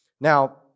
Now